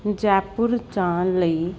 ਜੈਪੁਰ ਜਾਣ ਲਈ